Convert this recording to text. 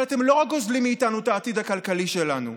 אבל אתם לא רק גוזלים מאיתנו את העתיד הכלכלי שלנו,